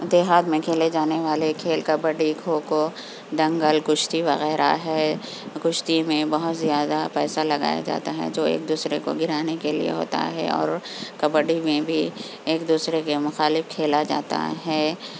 دیہات میں کھیلے جانے والے کھیل کبڈی کھوکھو دنگل کشتی وغیرہ ہے کشتی میں بہت زیادہ پیسہ لگایا جاتا ہے جو ایک دوسرے کو گرانے کے لیے ہوتا ہے اور کبڈی میں بھی ایک دوسرے کے مخالف کھیلا جاتا ہے